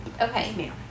Okay